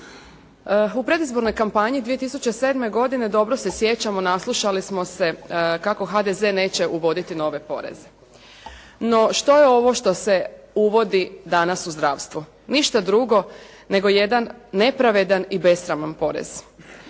U predizbornoj kampanji 2007. godine dobro se sjećamo naslušali smo se kako HDZ neće uvoditi nove poreze. No, što je ovo što se uvodi danas u zdravstvu? Ništa drugo nego jedan nepravedan i besraman porez.